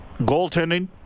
goaltending